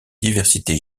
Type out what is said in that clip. diversité